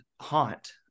haunt